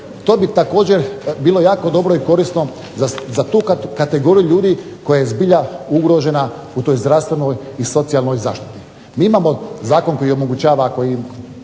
to bi također bilo jako dobro i korisno za tu kategoriju ljudi koja je zbilja ugrožena u toj zdravstvenoj i socijalnoj zaštiti. Mi imamo zakon koji omogućava, koji